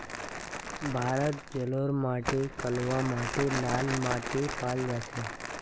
भारतत जलोढ़ माटी कलवा माटी लाल माटी पाल जा छेक